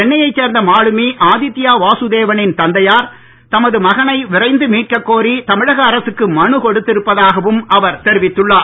சென்னையைச் சேர்ந்த மாலுமி ஆதித்யா வாசுதேவ னின் தந்தையார் தமது மகனை விரைந்து மீட்கக் கோரி தமிழக அரசுக்கு மனு கொடுத்திருப்பதாகவும் அவர் தெரிவித்துள்ளார்